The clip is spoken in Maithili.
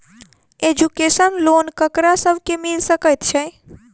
एजुकेशन लोन ककरा सब केँ मिल सकैत छै?